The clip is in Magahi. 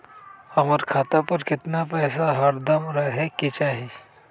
हमरा खाता पर केतना पैसा हरदम रहे के चाहि?